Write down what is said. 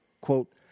Quote